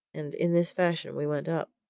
and in this fashion we went up.